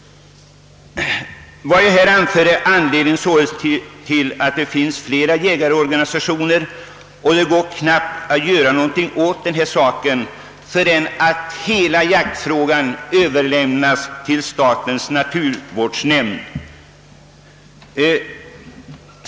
Vad jag här anfört har belyst orsakerna till att det finns flera jägarorganisationer. Det går knappast att göra något åt denna sak förrän hela jaktväsendet överlämnats till statens naturvårdsnämnd.